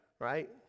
right